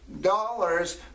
dollars